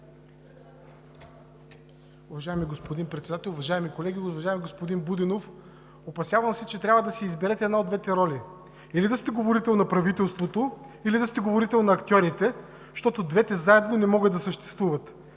Уважаеми, господин Председател, уважаеми колеги! Уважаеми господин Будинов, опасявам се, че трябва да си изберете една от двете роли – или да сте говорител на правителството, или да сте говорител на актьорите, защото двете заедно не могат да съществуват.